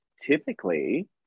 typically